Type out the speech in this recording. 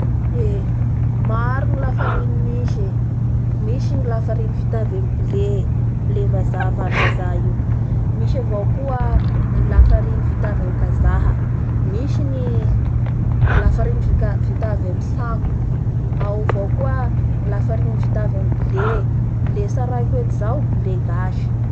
Eee! maro ny lafarainy misy e, misy la fariny vita avy amin'ny blé mbazaha varimbazaha io, misy avao koa ny afariny vita avy amin'ny kajaha, misy ny lafariny vita avy amin'ny tsako, ao avao koa ny lafariny vita avy amin'ny ble, ble tsaraiko eto zao ble gasy